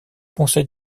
conseil